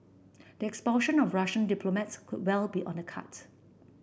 the expulsion of Russian diplomats could well be on the cards